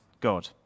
God